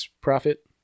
profit